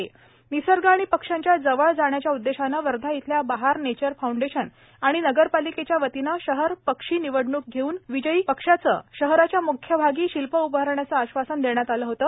nature foundation निसर्ग आणि पक्ष्यांच्या जवळ जाण्याच्या उद्देशाने वर्धा येथील बहार नेचर फाउंडेशन आणि नगरपालिकेच्या वतीने शहरपक्षी निवडणूक घेऊन विजयी पक्ष्याचे शहराच्या म्ख्यभागी शिल्प उभारण्याचे आश्वासन दिले होते